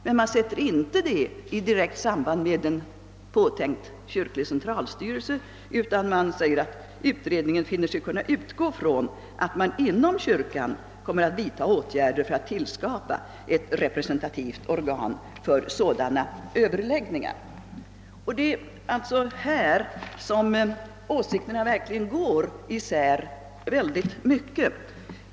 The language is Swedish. Detta sattes emellertid inte i direkt samband med en påtänkt kyrklig centralstyrelse, utan det framhölls att utredningen »finner sig kunna utgå från att man inom kyrkan kommer att vidtaga åtgärder för att tillskapa ett representativt organ för sådana överläggningar». Det är alltså här som åsikterna i hög grad går isär.